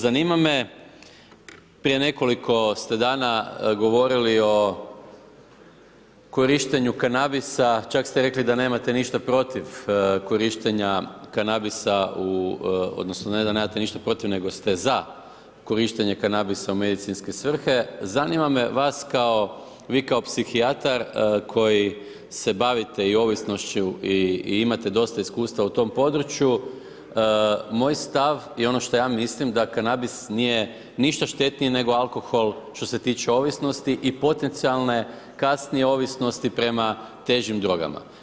Zanima me, prije nekoliko ste dana govorili o korištenju kanabisa, čak ste rekli da nemate ništa protiv korištenja kanabisa odnosno ne da nemate ništa protiv, nego ste ZA korištenje kanabisa u medicinske svrhe, zanima me, vas kao, vi kao psihijatar koji se bavite i ovisnošću i imate dosta iskustva u tom području, moj stav i ono što ja mislim, da kanabis nije ništa štetniji, nego alkohol, što se tiče ovisnosti i potencijalne kasnije ovisnosti prema težim drogama.